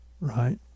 right